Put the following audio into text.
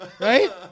right